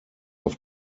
auf